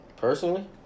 Personally